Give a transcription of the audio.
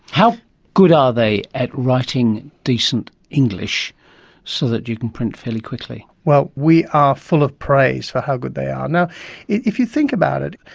how good are they at writing decent english so that you can print fairly quickly? well, we are full of praise for how good they ah are. if you think about it,